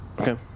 Okay